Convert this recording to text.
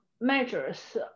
measures